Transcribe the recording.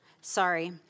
Sorry